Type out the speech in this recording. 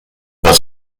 das